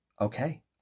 okay